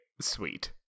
sweet